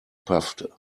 paffte